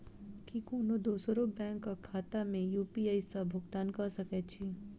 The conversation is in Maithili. की कोनो दोसरो बैंक कऽ खाता मे यु.पी.आई सऽ भुगतान कऽ सकय छी?